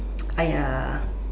!aiya!